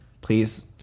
please